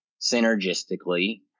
synergistically